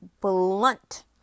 blunt